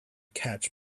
catch